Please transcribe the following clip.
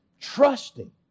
trusting